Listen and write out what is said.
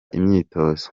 imyitozo